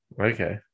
Okay